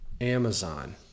Amazon